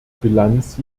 bilanz